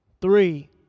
Three